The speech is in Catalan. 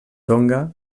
tonga